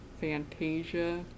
Fantasia